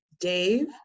dave